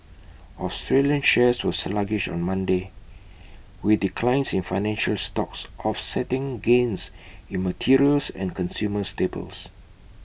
Australian shares were sluggish on Monday with declines in financial stocks offsetting gains in materials and consumer staples